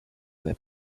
their